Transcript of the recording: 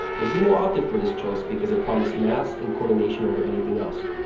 nagumo opted for this choice because it promised mass and coordination over anything else.